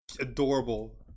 adorable